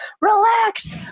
relax